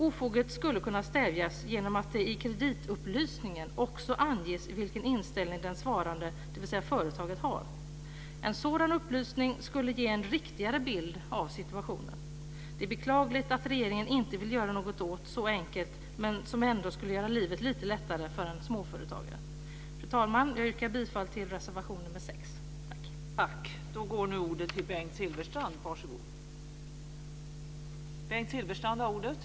Ofoget skulle kunna stävjas genom att det i kreditupplysningen också anges vilken inställning den svarande, dvs. företaget, har. En sådan upplysning skulle ge en riktigare bild av situationen. Det är beklagligt att regeringen inte vill göra något så enkelt som ändå skulle göra livet lite lättare för en småföretagare. Fru talman! Jag yrkar bifall till reservation nr 6.